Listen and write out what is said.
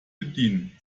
bedienen